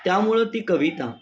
त्यामुळं ती कविता